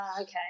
okay